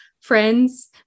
friends